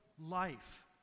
life